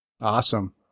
awesome